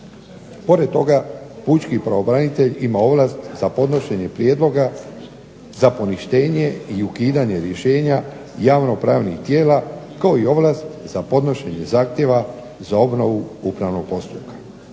Pored toga pučki pravobranitelj ima ovlast za podnošenje prijedloga za poništenje i ukidanje rješenja javno pravnih tijela kao i ovlast za podnošenje zahtjeva za obnovu upravnog postupka.